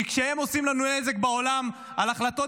כי כשהם עושים לנו נזק בעולם על החלטות